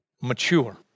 mature